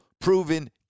proven